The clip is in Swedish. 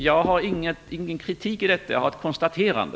Jag har ingen kritik, utan jag gör ett konstaterande.